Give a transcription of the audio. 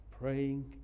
Praying